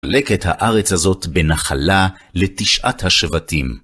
לקט הארץ הזאת בנחלה לתשעת השבטים.